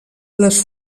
les